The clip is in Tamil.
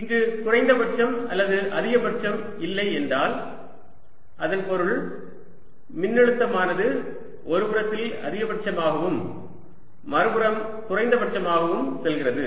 இங்கு குறைந்தபட்சம் அல்லது அதிகபட்சம் இல்லை என்றால் அதன் பொருள் மின்னழுத்தமானது ஒரு புறத்தில் அதிகபட்சமாகவும் மறுபுறம் குறைந்தபட்சமாகவும் செல்கிறது